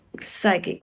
psychic